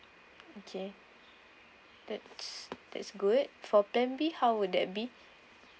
okay that's that's good for plan B how would that be